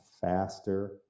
faster